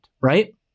right